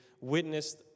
witnessed